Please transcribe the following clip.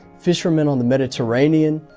fishermen on the mediterranean.